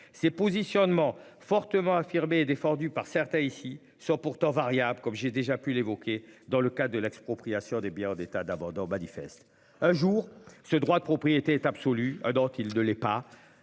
ses positionnements fortement affirmé et défendu par certains ici sont pourtant variable, comme j'ai déjà pu l'évoquer dans le cas de l'expropriation des biens hors d'état d'abandon manifeste un jour ce droit de propriété est absolue dont il ne l'est pas.